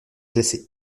classé